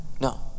No